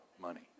money